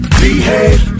behave